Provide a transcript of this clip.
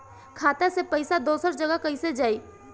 खाता से पैसा दूसर जगह कईसे जाई?